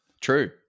True